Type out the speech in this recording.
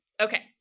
Okay